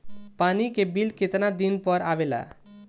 पानी के बिल केतना दिन पर आबे ला?